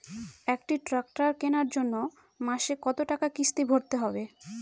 একটি ট্র্যাক্টর কেনার জন্য মাসে কত টাকা কিস্তি ভরতে হবে?